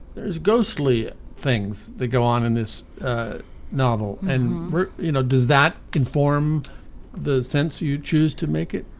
there's ghostly things that go on in this novel and you know, does that inform the sense you choose to make it?